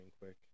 quick